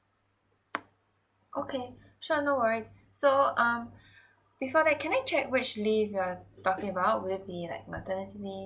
okay sure no worries so um before that can I check which leave you are talking about will it be like maternity leave